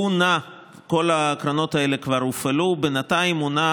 כל הקרונות האלה כבר הופעלו, בינתיים הוא נע